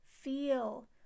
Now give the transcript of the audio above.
feel